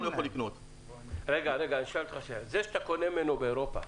זה שאתה קונה ממנו באירופה,